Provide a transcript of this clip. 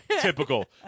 Typical